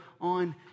on